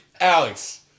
Alex